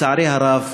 לצערי הרב,